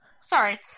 Sorry